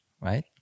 right